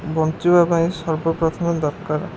ବଞ୍ଚିବା ପାଇଁ ସର୍ବପ୍ରଥମେ ଦରକାର